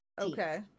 okay